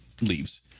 leaves